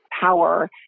power